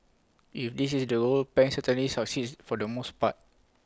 if this is the goal pang certainly succeeds for the most part